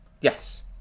Yes